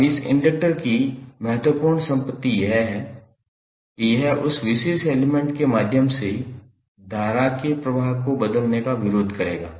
अब इस इंडक्टर की महत्वपूर्ण संपत्ति यह है कि यह उस विशेष एलिमेंट के माध्यम से धारा के प्रवाह को बदलने का विरोध करेगा